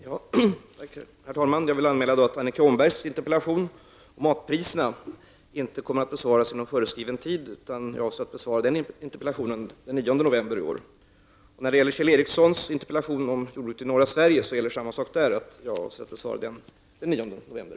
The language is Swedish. Herr talman! Jag vill anmäla att jag på grund av arbetsbelastning inte kommer att besvara Annika Åhnbergs interpellation om matpriserna inom föreskriven tid, utan jag avser att besvara denna interpellation den 9 november. Detsamma gäller för Kjell Ericssons interpellation om jordbruket i norra Sverige, som jag avser att besvara samma dag.